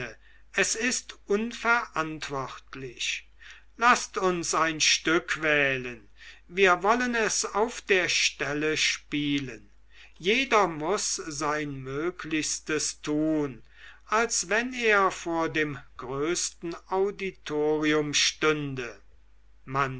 es ist unverantwortlich laßt uns ein stück wählen wir wollen es auf der stelle spielen jeder muß sein möglichstes tun als wenn er vor dem größten auditorium stünde man